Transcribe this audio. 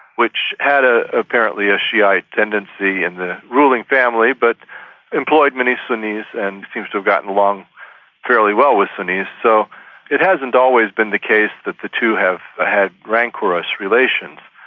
which had ah apparently a shiite tendency in the ruling family but employed many sunnis and seems to have gotten along fairly well with sunnis. so it hasn't always been the case that the two have had rancorous relations.